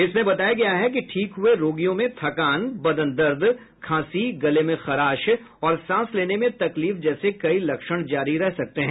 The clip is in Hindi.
इसमें बताया गया है कि ठीक हुए रोगियों में थकान बदन दर्द खांसी गले में खराश और सांस लेने में तकलीफ जैसे कई लक्षण जारी रह सकते हैं